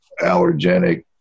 allergenic